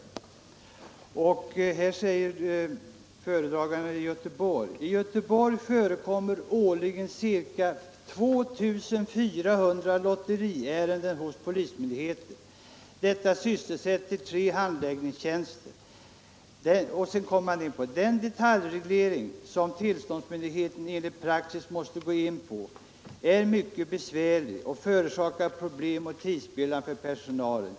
Föredraganden från polismyndigheten i Göteborg säger: ”I Göteborg förekommer årligen cirka 2400 lotteriärenden hos polismyndigheten. Detta sysselsätter tre handläggartjänster. Den detaljreglering, som tillståndsmyndigheten enligt praxis måste gå in på, är mycket besvärlig och förorsakar problem och tidsspillan för personalen.